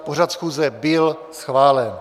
Pořad schůze byl schválen.